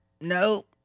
nope